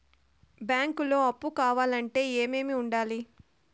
బ్యాంకులో అప్పు కావాలంటే ఏమేమి ఉండాలి?